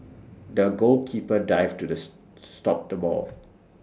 the goalkeeper dived to stop the ball